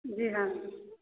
जी हाँ